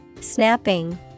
Snapping